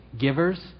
givers